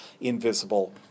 invisible